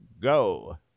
Go